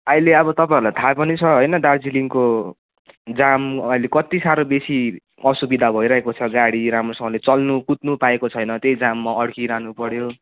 अहिले अब तपाईँहरूलाई थाहा पनि छ होइन दार्जिलिङको जाम अहिले कति साह्रो बेसी असुविधा भइरहेको छ गाडी राम्रोसँगले चल्नु कुद्नु पाएको छैन त्यही जाममा अड्किरहनु पर्यो